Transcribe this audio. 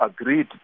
agreed